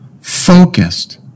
focused